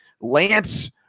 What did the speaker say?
Lance